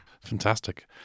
fantastic